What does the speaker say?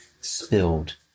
spilled